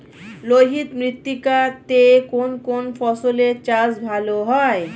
লোহিত মৃত্তিকা তে কোন কোন ফসলের চাষ ভালো হয়?